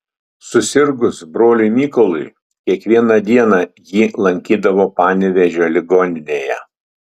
susirgus broliui mykolui kiekvieną dieną jį lankydavo panevėžio ligoninėje